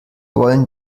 wollen